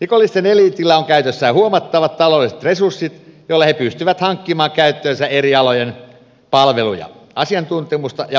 rikollisten eliitillä on käytössään huomattavat taloudelliset resurssit joilla he pystyvät hankkimaan käyttöönsä eri alojen palveluja asiantuntemusta ja huipputekniikkaa